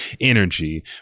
energy